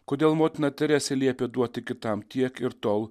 kodėl motina teresė liepė duoti kitam tiek ir tol